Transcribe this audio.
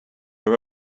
are